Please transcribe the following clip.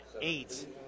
eight